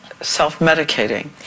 self-medicating